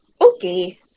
okay